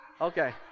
Okay